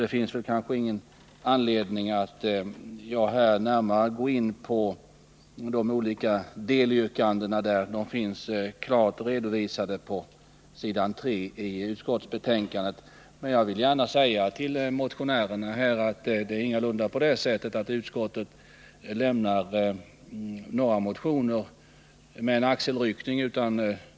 Det finns därför inte heller skäl att närmare gå in på de olika delyrkandena här. De är klart redovisade på s. 3 i utskottsbetänkandet. Jag vill dock säga till motionärerna att det ingalunda är så att utskottet går förbi några motioner med en axelryckning.